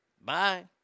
bye